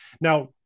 Now